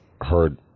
heard